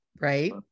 Right